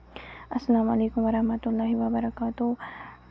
اسلام علیکم ورحمتہ اللہ وبرکاتہ